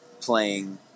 playing